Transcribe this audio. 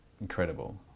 incredible